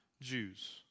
Jews